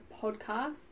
podcast